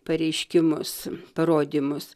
pareiškimus parodymus